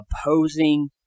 opposing